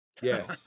Yes